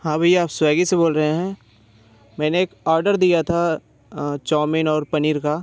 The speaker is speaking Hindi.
हाँ भैया आप स्वैगी से बोल रहे हैं मैंने एक ऑर्डर दिया था चाउमीन और पनीर का